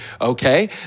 Okay